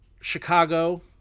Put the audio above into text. Chicago